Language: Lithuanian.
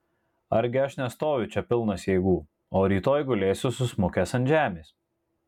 argi aš nestoviu čia pilnas jėgų o rytoj gulėsiu susmukęs ant žemės